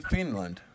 Finland